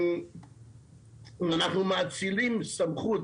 אנחנו מאצילים סמכות